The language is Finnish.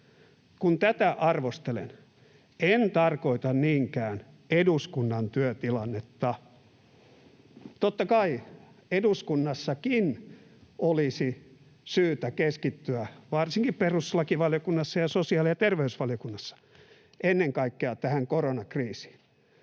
Kun tätä arvostelen, en tarkoita niinkään eduskunnan työtilannetta. Totta kai eduskunnassakin, varsinkin perustuslakivaliokunnassa ja sosiaali- ja terveysvaliokunnassa, olisi syytä keskittyä ennen kaikkea tähän koronakriisiin.